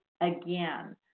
again